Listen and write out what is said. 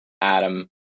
Adam